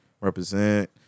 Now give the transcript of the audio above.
represent